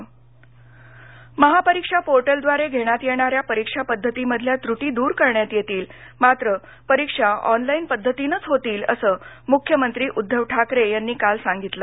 महापोर्टल महापरीक्षा पोर्टलद्वारे घेण्यात येणाऱ्या परीक्षा पद्धतीमधल्या त्रूटी दूर करण्यात येतील मात्र परीक्षा ऑनलाईन पद्धतीनंच होतील असं मुख्यमंत्री उद्वव ठाकरे यांनी काल सांगितलं